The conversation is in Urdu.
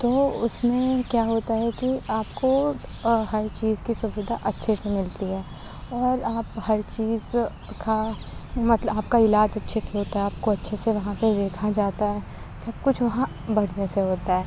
تو اس میں کیا ہوتا ہے کہ آپ کو ہر چیز کی سودھا اچھے سے ملتی ہے اور آپ ہر چیز کھا مطلب آپ کا علاج اچھے سے ہوتا ہے آپ کو اچھے سے وہاں پہ دیکھا جاتا ہے سب کچھ وہاں بڑھیا سے ہوتا ہے